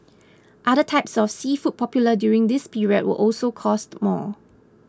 other types of seafood popular during this period will also cost more